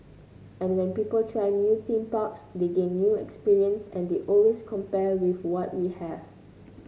and when people try new theme parks they gain new experience and they always compare with what we have